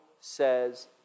says